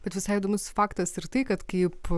bet visai įdomus faktas ir tai kad kaip